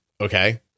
okay